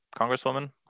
congresswoman